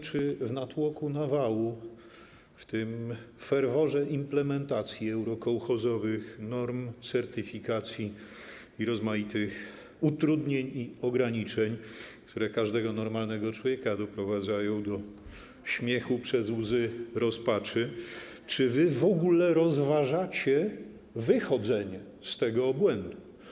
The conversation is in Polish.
Czy w tym natłoku, w tym ferworze implementacji eurokołchozowych norm, certyfikacji i rozmaitych utrudnień i ograniczeń, które każdego normalnego człowieka doprowadzają do śmiechu przez łzy rozpaczy, rozważacie w ogóle wychodzenie z tego obłędu?